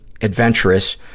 adventurous